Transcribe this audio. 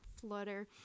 flutter